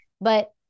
But-